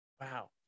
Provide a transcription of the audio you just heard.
Wow